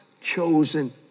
chosen